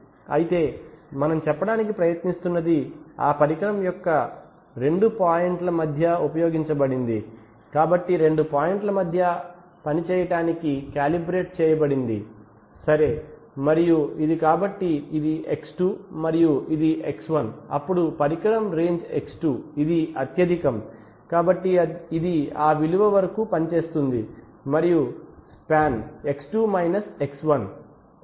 అయితే మనం చెప్పడానికి ప్రయత్నిస్తున్నది ఆ పరికరం రెండు పాయింట్ల మధ్య ఉపయోగించబడింది కాబట్టి రెండు పాయింట్ల మధ్య పని చేయడానికి కాలిబ్రెట్ చేయబడింది సరే మరియు ఇది కాబట్టి ఇది X2 మరియు ఇది X1 అప్పుడు పరికరం రేంజ్ X2 ఇది అత్యధికం కాబట్టి ఇది ఆ విలువ వరకు పని చేస్తుంది మరియు మరియు స్పాన్ X2 X1